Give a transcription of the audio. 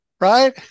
right